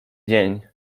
dzień